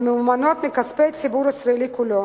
הממומנות בכספי הציבור הישראלי כולו,